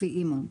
לפי אימ"ו.